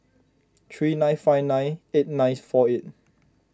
three nine five nine eight ninth four eight